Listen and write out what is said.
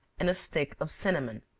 and a stick of cinnamon.